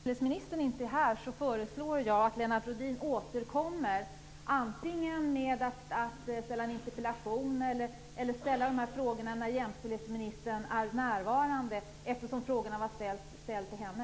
Fru talman! Jämställdhetsministern är ju inte här. Jag föreslår att Lennart Rohdin återkommer antingen genom att ställa en interpellation eller genom att ställa frågorna när jämställdhetsministern är närvarande, eftersom frågorna var ställda till henne.